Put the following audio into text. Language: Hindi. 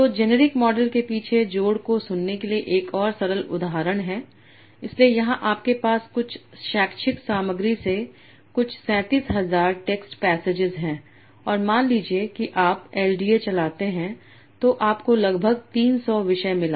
तो जेनरिक मॉडल के पीछे जोड़ को सुनने के लिए एक और सरल उदाहरण है इसलिए यहां आपके पास कुछ शैक्षिक सामग्री से कुछ 37000 टेक्स्ट पैसजेस हैं और मान लीजिए कि आप एलडीए चलाते हैं जो आपको लगभग 300 विषय मिला